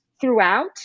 throughout